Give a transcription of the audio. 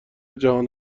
جهان